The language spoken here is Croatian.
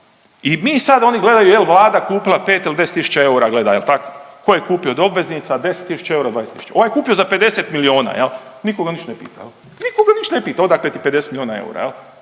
I mi sad, oni gledaju jel' Vlada kupila 5 ili 10000 eura gleda jel' tako? Tko je kupio od obveznica 10 000, 20 000? Ovaj je kupio za 50 milijona, nitko ga ništa ne pita, nitko ga ništa ne pita odakle ti 50 milijona eura, 70